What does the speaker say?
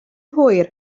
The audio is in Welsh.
hwyr